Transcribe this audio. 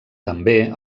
també